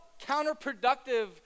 counterproductive